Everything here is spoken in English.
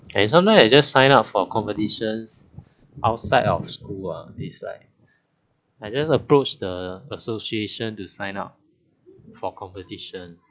and sometimes I just sign up for competitions outside of school ah it's like I just approach the association to sign up for competition